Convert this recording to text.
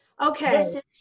okay